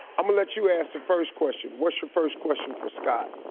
i'm gonna let you ask the first question. what's your first question for scott?